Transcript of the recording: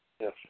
Yes